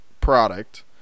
product